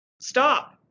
Stop